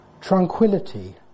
Tranquility